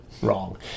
Wrong